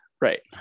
right